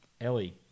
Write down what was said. Ellie